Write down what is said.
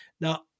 now